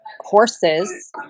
horses